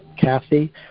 Kathy